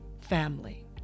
family